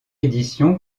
édition